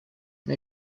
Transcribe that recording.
and